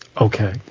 Okay